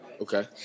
Okay